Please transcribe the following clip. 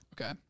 Okay